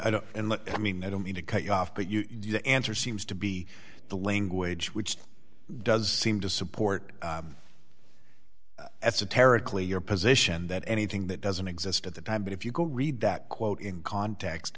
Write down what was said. and i mean i don't mean to cut you off but you the answer seems to be the language which does seem to support esoterically your position that anything that doesn't exist at the time but if you go read that quote in context